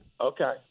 Okay